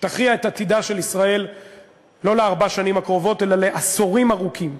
שתכריע את עתידה של ישראל לא לארבע השנים הקרובות אלא לעשורים ארוכים.